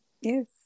yes